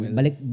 balik